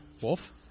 Wolf